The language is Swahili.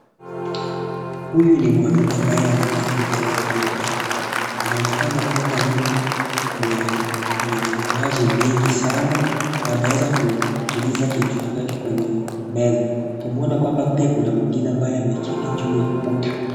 Huyu ni mwanaume ambaye ameketi mbele ya duka anaonekana kwamba yumo mwenye mawazo mengi sana na ameweza kutuliza kichwa chake kwenye meza tunaona kwamba pia kuna mwingine ameketi juu ya ukuta.